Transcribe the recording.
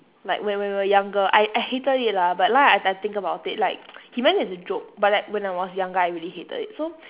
like when we were younger I I hated it lah but now I I think about it like he meant as a joke but like when I was younger I really hated it so